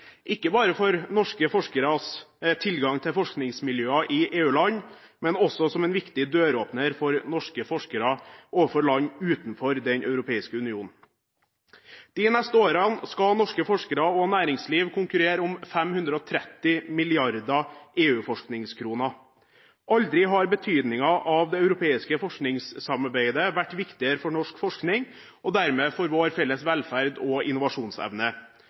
ikke bare for norske forskeres tilgang til forskningsmiljøer i EU-land, men også som en viktig døråpner for norske forskere overfor land utenfor Den europeiske union. De neste årene skal norske forskere og norsk næringsliv konkurrere om 530 milliarder. EU-forskningskroner. Aldri har betydningen av det europeiske forskningssamarbeidet vært viktigere for norsk forskning og dermed for vår felles velferd og innovasjonsevne.